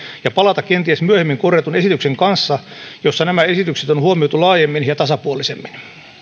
ja palata kenties myöhemmin korjatun esityksen kanssa jossa nämä esitykset on huomioitu laajemmin ja tasapuolisemmin